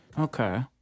Okay